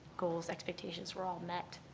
goals, expectations were all met.